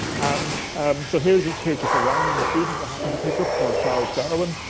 and so, here's here's just a random student i happened to pick up called charles darwin.